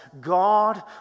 God